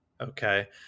Okay